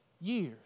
years